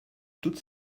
toute